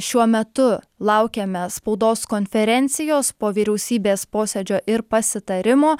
šiuo metu laukiame spaudos konferencijos po vyriausybės posėdžio ir pasitarimo